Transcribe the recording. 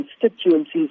constituencies